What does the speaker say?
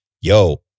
yo